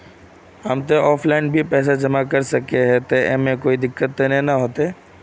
हम ते ऑफलाइन भी ते पैसा जमा कर सके है ऐमे कुछ दिक्कत ते नय न होते?